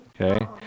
Okay